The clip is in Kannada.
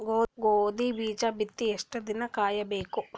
ಗೋಧಿ ಬೀಜ ಬಿತ್ತಿ ಎಷ್ಟು ದಿನ ಕಾಯಿಬೇಕು?